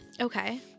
okay